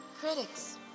Critics